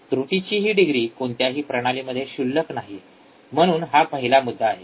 त्रुटीची ही डिग्री कोणत्याही प्रणालीमध्ये क्षुल्लक नाही म्हणून हा पहिला मुद्दा आहे